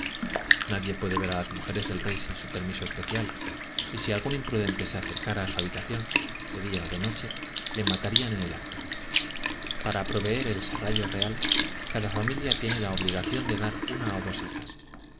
nadie puede ver a las mujeres del rey sin su permiso especial y si algún imprudente se acercara a su habitación de día o de noche le matarían en el acto para proveer el serrallo real cada familia tiene la obligación de dar una o dos hijas